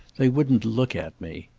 they wouldn't look at me.